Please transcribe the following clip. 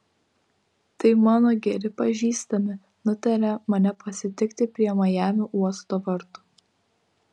tai mano geri pažįstami nutarė mane pasitikti prie majamio uosto vartų